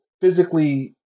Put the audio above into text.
physically